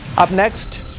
up next,